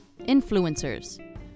influencers